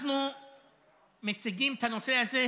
אנחנו מציגים את הנושא הזה,